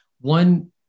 one